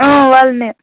اۭں وَلہٕ نہِ